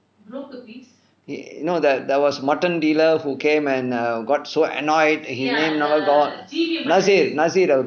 no there there was mutton dealer who came and err got so annoyed he nasir nasir அவர்:avar